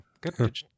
good